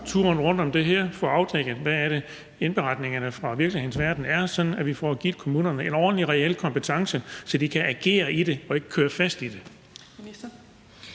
turen rundt om det her og få afdækket, hvad det er, indberetningerne fra virkelighedens verden handler om, sådan at vi får givet kommunerne en ordentlig, reel kompetence, så de kan agere i forhold til det og ikke kører fast i det?